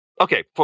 okay